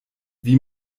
wie